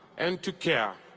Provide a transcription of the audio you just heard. and to care.